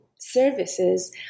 services